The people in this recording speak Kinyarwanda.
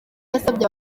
yasabye